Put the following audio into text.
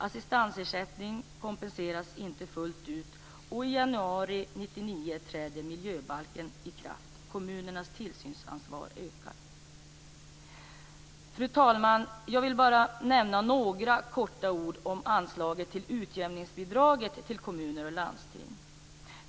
Assistansersättning kompenseras inte fullt ut, och i januari 1999 träder miljöbalken i kraft. Kommunernas tillsynsansvar ökar. Fru talman! Jag vill bara nämna några ord om anslaget till utjämningsbidraget till kommuner och landsting.